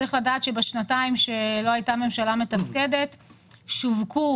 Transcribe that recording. צריך לדעת שבשנתיים שלא הייתה ממשלה מתפקדת שווקו